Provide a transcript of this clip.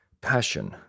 passion